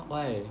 why